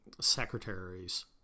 secretaries